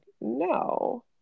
No